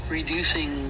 reducing